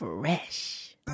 Fresh